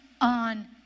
on